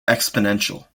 exponential